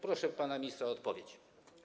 Proszę pana ministra o odpowiedź.